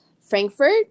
Frankfurt